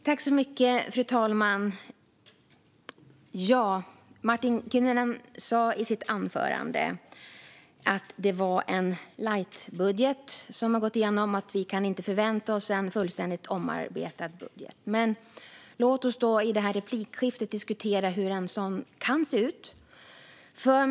Fru talman! Martin Kinnunen sa i sitt anförande att det är en lightbudget som gått igenom och att vi inte kan förvänta oss en fullständigt omarbetad budget. Men låt oss i detta replikskifte diskutera hur en sådan kan se ut.